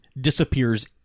disappears